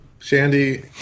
Shandy